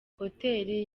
hoteli